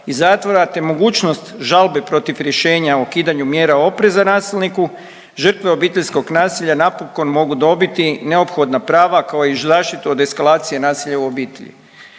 iz zatvora, te mogućnost žalbe protiv rješenja o ukidanju mjera opreza nasilniku žrtve obiteljskog nasilja napokon mogu dobiti neophodna prava kao i zaštitu od eskalacije nasilja u obitelji.